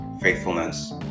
faithfulness